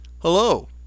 Hello